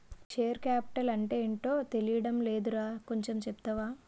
Share capital అంటేటో తెలీడం లేదురా కొంచెం చెప్తావా?